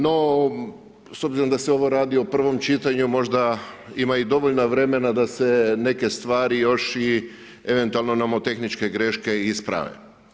No, s obzirom da se ovo radi o prvom čitanju možda ima i dovoljno vremena da se neke stvari još i eventualno momotehničke greške isprave.